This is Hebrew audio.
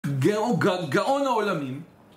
גאו-גאו-גאון העולמים